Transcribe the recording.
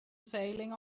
sailing